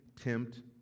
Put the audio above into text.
tempt